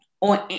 on